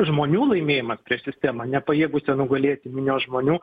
žmonių laimėjimas prieš sistemą nepajėgusią nugalėti minios žmonių